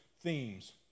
themes